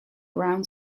brown